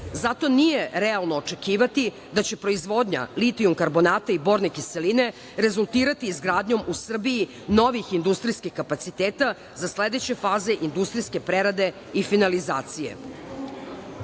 Zato nije realno očekivati da će proizvodnja litijum-karbonata i borne kiseline rezultirati izgradnjom u Srbiji novih industrijskih kapaciteta za sledeće faze industrijske prerade i finalizacije. Srbija